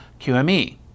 QME